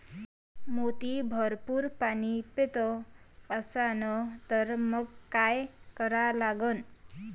माती भरपूर पाणी पेत असन तर मंग काय करा लागन?